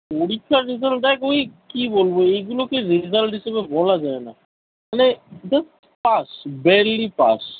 পরীক্ষার রেজাল্ট দেখ ওই কী বলবো এইগুলোকে রেজাল্ট হিসেবে বলা যায় না মানে জাস্ট পাশ বেয়ারলি পাশ